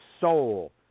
soul